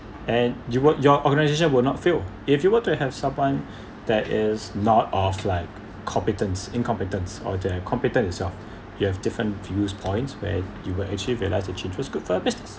and you worked your organisation will not fail if you want to have someone that is not of like competence incompetence or they're competent itself you have different views points where you will actually realise the change was good for business